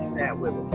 that will.